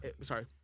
sorry